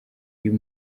uyu